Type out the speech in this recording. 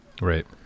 Right